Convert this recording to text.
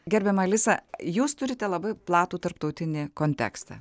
gerbiama alisa jūs turite labai platų tarptautinį kontekstą